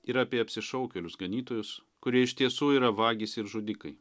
ir apie apsišaukėlius ganytojus kurie iš tiesų yra vagys ir žudikai